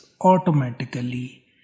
automatically